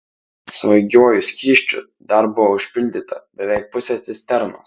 svaigiuoju skysčiu dar buvo užpildyta beveik pusė cisternos